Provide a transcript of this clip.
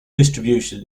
distribution